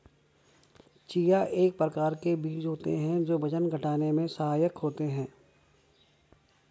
chia एक प्रकार के बीज होते हैं जो वजन घटाने में सहायक होते हैं